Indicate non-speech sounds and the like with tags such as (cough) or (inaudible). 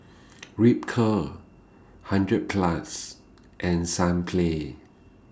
(noise) Ripcurl hundred Plus and Sunplay